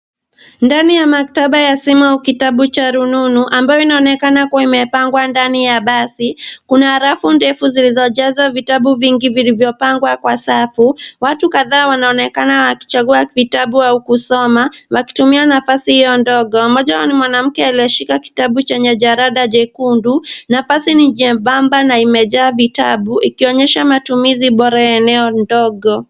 Ndani ya maktaba ya simu au kitabu cha rununu ambayo inaonekana kuwa imepangwa ndani ya basi, kuna rafu ndefu zilizojazwa vitabu vingi vilivyopangwa kwa safu. Watu kadhaa wanaonekana wakichagua vitabu au kusoma wakitumia nafasi hio ndogo. Mmoja wao ni mwanamke aiyeshika kitabu chenye jalada jekundu na basi ni jembamba na imejaa vitabu ikionyesha matumizi bora ya eneo ndogo.